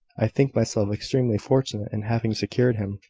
i think myself extremely fortunate in having secured him.